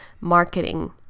marketing